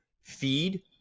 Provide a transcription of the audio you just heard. feed